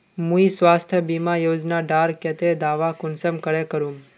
मुई स्वास्थ्य बीमा योजना डार केते दावा कुंसम करे करूम?